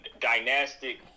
dynastic